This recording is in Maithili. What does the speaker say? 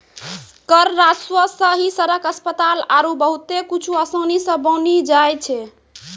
कर राजस्व सं ही सड़क, अस्पताल आरो बहुते कुछु आसानी सं बानी जाय छै